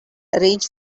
arrange